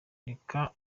reka